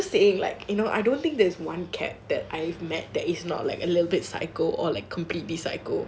I was just saying like you know I don't think there's one capricorn that I met that is not a little bit psycho or completely psycho